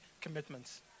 commitments